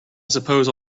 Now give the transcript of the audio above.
suppose